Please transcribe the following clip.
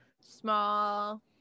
small